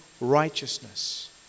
righteousness